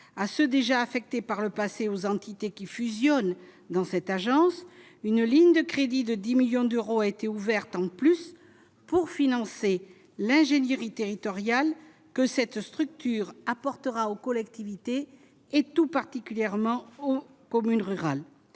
à ceux déjà affectés par le passé aux entités qui fusionnent dans cette agence, une ligne de crédit de 10 millions d'euros a été ouverte en plus pour financer l'ingénierie territoriale que cette structure apportera aux collectivités, et tout particulièrement communes rurales,